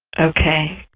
okay.